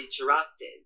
interrupted